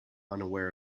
unaware